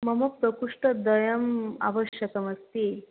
मम प्रकोष्ठद्वयम् आवश्यकम् अस्ति